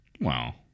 Wow